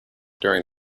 during